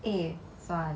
eh